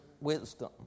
wisdom